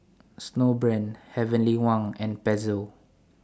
Snowbrand Heavenly Wang and Pezzo